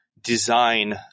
design